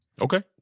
Okay